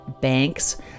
banks